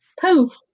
poof